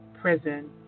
prison